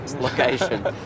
Location